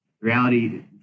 Reality